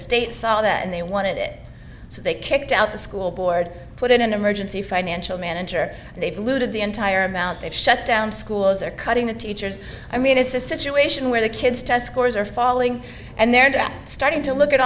state saw that and they wanted it so they kicked out the school board put in an emergency financial manager and they've looted the entire amount they've shut down schools are cutting the teachers i mean it's a situation where the kids test scores are falling and they're starting to look at